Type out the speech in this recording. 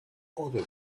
other